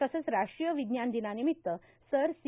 तसंच राष्ट्रीय विज्ञान दिनानिमित्त सर सी